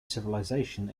civilization